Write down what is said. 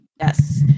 Yes